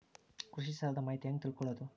ಕೃಷಿ ಸಾಲದ ಮಾಹಿತಿ ಹೆಂಗ್ ತಿಳ್ಕೊಳ್ಳೋದು?